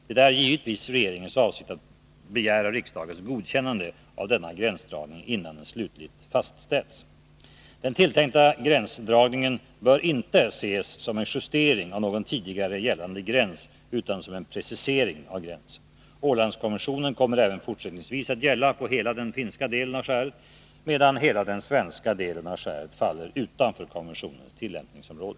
Det är givetvis regeringens avsikt att begära riksdagens godkännande av denna gränsdragning innan den slutligt fastställs. Den tilltänkta gränsdragningen bör inte ses som en justering av någon tidigare gällande gräns, utan som en precisering av gränsen. Ålandskonventionen kommer även fortsättningsvis att gälla på hela den finska delen av skäret, medan hela den svenska delen av skäret faller utanför konventionens tillämpningsområde.